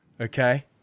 okay